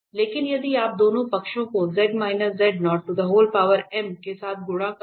इसलिए यदि आप दोनों पक्षों को के साथ गुणा करें